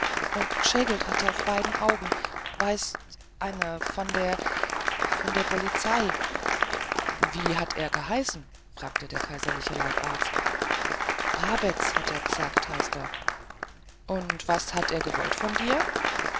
und gscheangelt hat er auf beide augen weißt d einer von der von der bolizei wie hat er geheißen fragte der kaiserliche leibarzt brabetz hat er gsagt heißt er und was wollte er von dir